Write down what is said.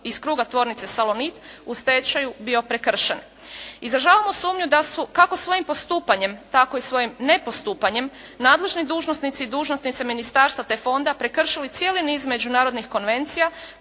iz kruga tvornice "Salonit" u stečaju bio prekršen. Izražavamo sumnju da su kako svojim postupanjem tako i svojim nepostupanjem nadležni dužnosnici i dužnosnice ministarstva te fonda prekršili cijeli niz međunarodnih konvencija